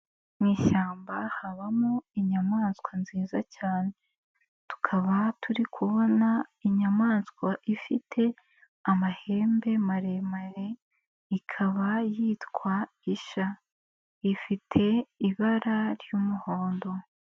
Mu ishyamba habamo inyamaswa nziza cyane, tukaba turi kubona inyamaswa ifite amahembe maremare ikaba yitwa isha ifite ibara ry'umuhondo.